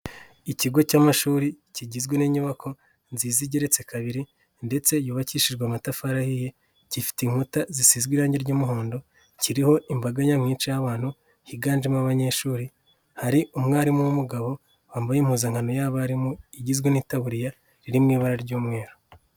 Ikigo cy'amashuri kigizwe n'inyubako nziza igeretse kabiri ndetse yubakishijwe amatafari ahiye gifite inkuta zisize irangi ry'umuhondo kiriho imbaga nyamwinshi y'abantu higanjemo abanyeshuri hari umwarimu w'umugabo wambaye impuzankano y'abarimu igizwe n'itaburiya iri mu ibara ry'umweru.